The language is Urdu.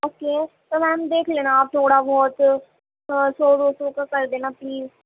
اوکے تو میم دیکھ لینا آپ تھوڑا بہت سو دو سو کا کر دینا پلیز